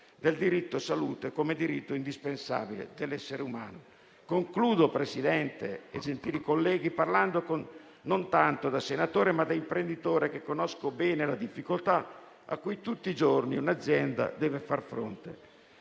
al diritto alla salute, considerato diritto indispensabile dell'essere umano. Concludo, Presidente e gentili colleghi, parlando non tanto da senatore, ma da imprenditore che conosce bene le difficoltà a cui tutti i giorni un'azienda deve far fronte.